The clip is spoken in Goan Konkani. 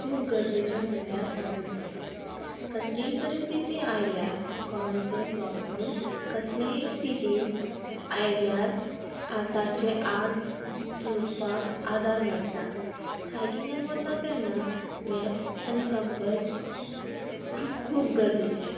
खूब गरजेचें म्हणल्यार कॉमन सेन्स कसलीय परिस्थिती आयल्यार कॉमन सेन्स वापरून कसलेय स्थितीन आयल्यार आतांचे आड झुजपाक आदार मेळटा हायकिंगाक वता तेन्ना मॅप आनी कंपस खूब गरजेचें